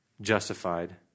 justified